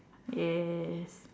yes